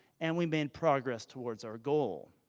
and we made progress towards our goal.